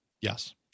Yes